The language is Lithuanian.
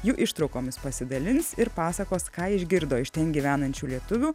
jų ištraukomis pasidalins ir pasakos ką išgirdo iš ten gyvenančių lietuvių